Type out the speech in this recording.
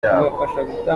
by’abo